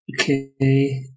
Okay